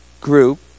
group